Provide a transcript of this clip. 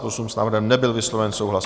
S návrhem nebyl vysloven souhlas.